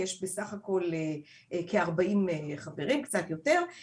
שיש בסך הכל כ-40 חברים או טיפה יותר ואנחנו